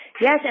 Yes